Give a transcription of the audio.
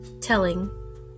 telling